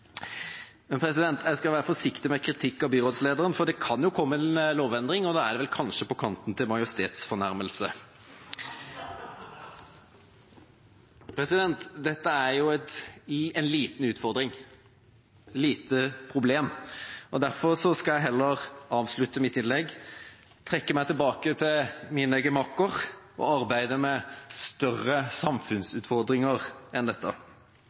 Jeg skal være forsiktig med kritikk av byrådslederen, for det kan jo komme en lovendring, og da er det kanskje på kanten til majestetsfornærmelse. Dette er en liten utfordring og et lite problem, og derfor skal jeg heller avslutte mitt innlegg, trekke meg tilbake til mine gemakker og arbeide med større samfunnsutfordringer enn dette.